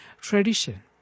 tradition